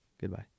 Goodbye